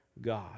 God